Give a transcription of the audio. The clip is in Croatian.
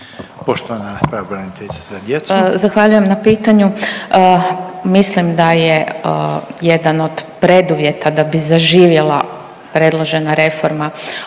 **Pirnat Dragičević, Helenca** Zahvaljujem na pitanju. Mislim da je jedan od preduvjeta da bi zaživjela predložena reforma